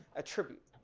attribute.